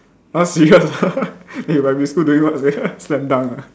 !huh! serious ah eh primary school doing what sia slam dunk ah